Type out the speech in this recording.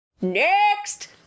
Next